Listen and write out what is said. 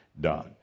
done